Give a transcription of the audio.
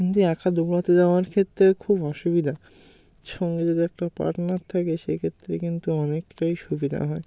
কিন্তু একা দৌড়াতে যাওয়ার ক্ষেত্রে খুব অসুবিধা সঙ্গে যদি একটা পার্টনার থাকে সেক্ষেত্রে কিন্তু অনেকটাই সুবিধা হয়